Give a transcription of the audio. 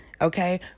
okay